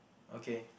okay